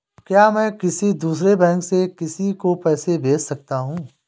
क्या मैं किसी दूसरे बैंक से किसी को पैसे भेज सकता हूँ?